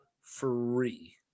free